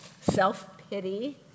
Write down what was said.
self-pity